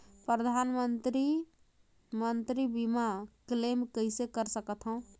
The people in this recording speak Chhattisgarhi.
परधानमंतरी मंतरी बीमा क्लेम कइसे कर सकथव?